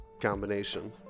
combination